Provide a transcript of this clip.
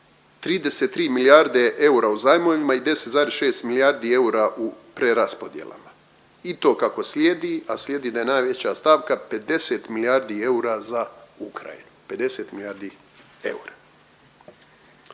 33 milijarde eura u zajmovima i 10,6 milijardi eura u preraspodjelama i to kako slijedi, a slijedi da je najveća stavka 50 milijardi eura za Ukrajinu,